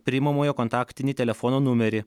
priimamojo kontaktinį telefono numerį